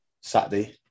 Saturday